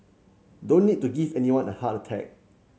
don't need to give anyone a heart attack